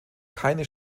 keine